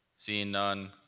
seeing none.